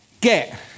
get